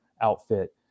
outfit